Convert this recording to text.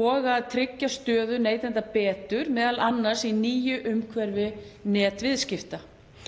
og að tryggja stöðu neytenda betur, m.a. í nýju umhverfi netviðskipta.